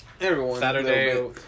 Saturday